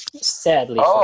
Sadly